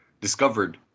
discovered